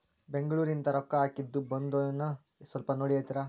ಬೆಂಗ್ಳೂರಿಂದ ರೊಕ್ಕ ಹಾಕ್ಕಿದ್ದು ಬಂದದೇನೊ ಸ್ವಲ್ಪ ನೋಡಿ ಹೇಳ್ತೇರ?